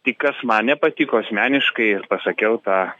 tik kas man nepatiko asmeniškai ir pasakiau tą